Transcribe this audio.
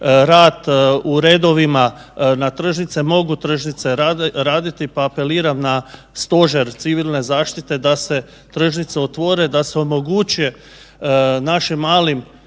rad u redovima na tržnicama, mogu tržnice radite, pa apeliram na stožer civilne zaštite da se tržnice otvore da se omogućuje našim malim,